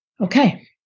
Okay